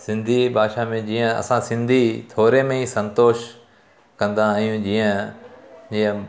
सिंधी भाषा में जीअं असां सिंधी थोरे में ई संतोषु कंदा आहियूं जीअं जीअं